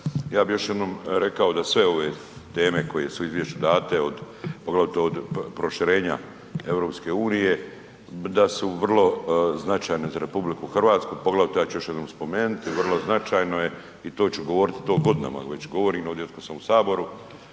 ja bih još jednom rekao da sve ove teme koje su u izvješću date, od, poglavito od proširenja EU-e, da su vrlo značajne za RH, poglavito, ja ću još jednom spomenuti, vrlo značajno je i to ću govorit, to godinama već govorim ovdje u HS-u,